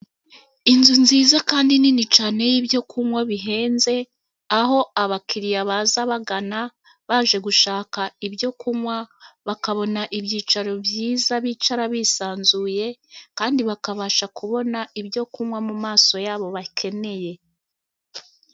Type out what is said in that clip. Inzu nziza kandi nini cyane y'ibyo kunywa bihenze, aho abakiriya baza bagana baje gushaka ibyo kunywa, bakabona ibyicaro byiza bicara bisanzuye, kandi bakabasha kubona ibyo kunywa mu maso yabo bakeneye.